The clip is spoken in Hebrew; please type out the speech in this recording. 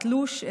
בתלוש,